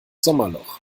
sommerloch